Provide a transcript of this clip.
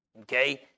okay